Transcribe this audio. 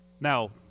Now